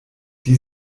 die